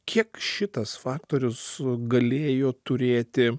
kiek šitas faktorius galėjo turėti